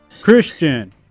christian